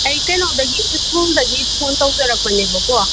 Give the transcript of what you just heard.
ꯑꯩ ꯀꯩꯅꯣꯗꯒꯤ ꯁ꯭ꯀꯨꯜꯗꯒꯤ ꯐꯣꯟ ꯇꯧꯖꯔꯛꯄꯅꯦꯕꯀꯣ